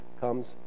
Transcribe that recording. comes